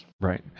Right